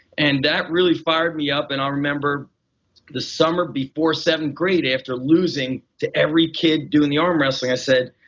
and that really fired me up. and i remember the summer before seven grade after losing to every kid doing the arm wrestling i said,